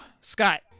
Scott